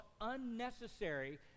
unnecessary